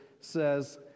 says